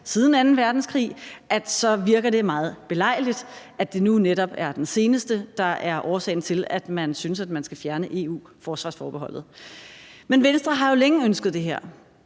siden anden verdenskrig – at det virker meget belejligt, at det nu netop er den seneste, der er årsagen til, at man synes, at man skal fjerne EU-forsvarsforbeholdet. Men Venstre har jo længe ønsket det her,